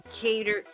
catered